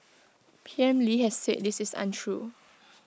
P M lee has said this is untrue